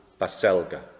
Baselga